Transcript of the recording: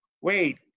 wait